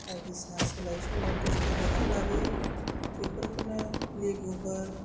बायदिसिना सोलोय सोल' बुस्थु बायनानै लाबोयो बेफोरखौनो लिबुफोर